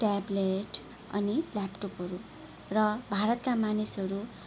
tablet अनि ल्यापटपहरू र भारतका मानिसहरू